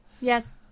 Yes